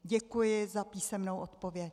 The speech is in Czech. Děkuji za písemnou odpověď.